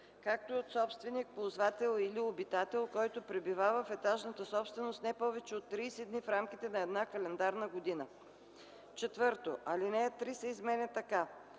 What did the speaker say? както и от собственик, ползвател или обитател, който пребивава в етажната собственост не повече от 30 дни в рамките на една календарна година.” 4. Алинея 3 се изменя така: